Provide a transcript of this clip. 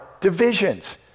divisions